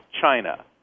China